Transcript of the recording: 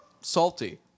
salty